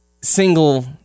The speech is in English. single